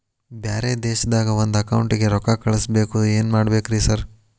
ಬ್ಯಾರೆ ದೇಶದಾಗ ಒಂದ್ ಅಕೌಂಟ್ ಗೆ ರೊಕ್ಕಾ ಕಳ್ಸ್ ಬೇಕು ಏನ್ ಮಾಡ್ಬೇಕ್ರಿ ಸರ್?